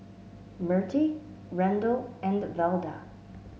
Mirtie Randle and Velda